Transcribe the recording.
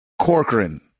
Corcoran